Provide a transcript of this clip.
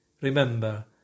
Remember